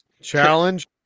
Challenge